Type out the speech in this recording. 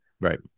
right